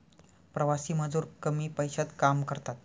प्रवासी मजूर कमी पैशात काम करतात